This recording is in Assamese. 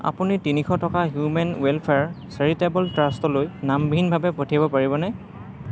আপুনি তিনিশ টকা হিউমেন ৱেলফেয়াৰ চেৰিটেবল ট্ৰাষ্টলৈ নামবিহীনভাৱে পঠিয়াব পাৰিবনে